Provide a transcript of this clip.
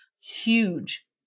Huge